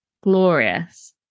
glorious